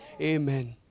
Amen